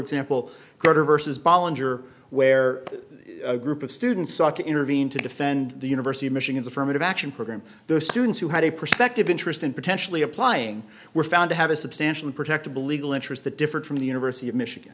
example quarter versus ballinger where a group of students sought to intervene to defend the university of michigan's affirmative action program those students who had a perspective interest in potentially applying were found to have a substantial protectable legal interest the different from the university of michigan